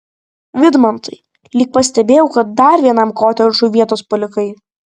vidmantai lyg pastebėjau kad dar vienam kotedžui vietos palikai